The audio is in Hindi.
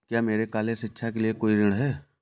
क्या मेरे कॉलेज शिक्षा के लिए कोई ऋण है?